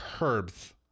herbs